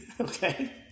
Okay